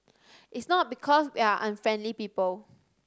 it's not because we are unfriendly people